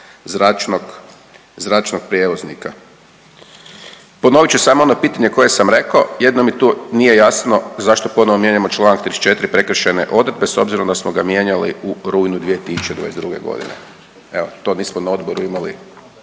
zračnog prijevoznika. Ponovit ću samo ono pitanje koje sam rekao, jedino mi tu nije jasno zašto ponovo mijenjamo čl. 34. prekršajne odredbe s obzirom da smo ga mijenjali u rujnu 2022.g., evo to nismo na odboru imali